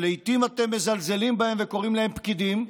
שלעיתים אתם מזלזלים בהם וקוראים להם "פקידים",